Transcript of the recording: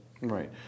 Right